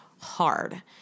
hard